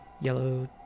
yellow